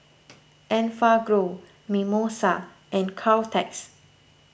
Enfagrow Mimosa and Caltex